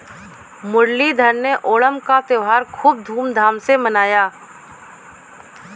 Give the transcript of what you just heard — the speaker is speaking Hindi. मुरलीधर ने ओणम का त्योहार खूब धूमधाम से मनाया